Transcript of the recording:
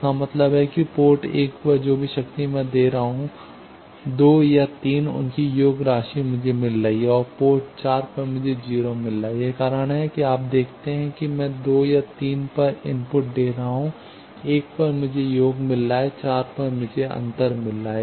इसका मतलब है कि पोर्ट 1 पर जो भी शक्ति मैं दे रहा हूं 2 और 3 उनकी योग राशि मुझे मिल रही है और पोर्ट 4 पर मुझे 0 मिल रहा है यही कारण है कि आप देखते हैं कि मैं 2 और 3 पर इनपुट दे रहा हूं 1 पर मुझे योग मिल रहा है 4 पर मुझे अंतर मिल रहा है